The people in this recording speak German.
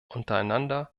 untereinander